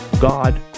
God